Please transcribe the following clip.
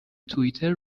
توییتر